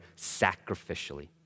sacrificially